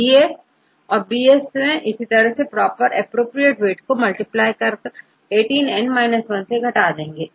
Gs और 2Ds और इसी तरह प्रॉपर एप्रोप्रियेट वेट को मल्टीप्लाई कर18से घटा देते हैं